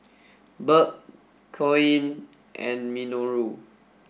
Burke Coen and Minoru